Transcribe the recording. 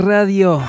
Radio